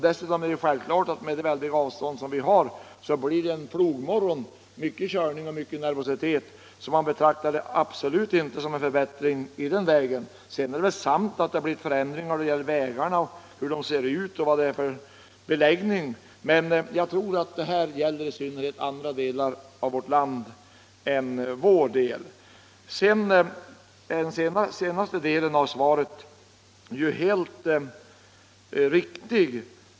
Dessutom är det självklart att det under en plogmorgon på 25 grund av de oerhörda avstånden där uppe blir mycken körning och mycken nervositet, varför man absolut inte betraktar ändringen som någon förbättring i de avscendena. Sedan är det visserligen samt att det har blivit en förbättring av vägarna, dvs. den beläggning de fått och hur de ser ut, men jag tror att den förbättringen i större utsträckning gäller andra delar av vårt land än vår del. Den senare delen av svaret är helt riktig.